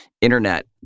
Internet